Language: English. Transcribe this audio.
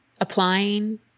applying